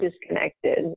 disconnected